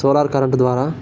solar current ద్వారా